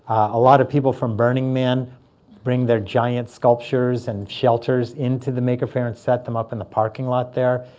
a lot of people from burning man bring their giant sculptures and shelters into the maker faire and set them up in the parking lot there.